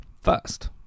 First